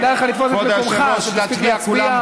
כדאי לך לתפוס את מקומך כדי שתספיק להצביע.